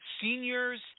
Seniors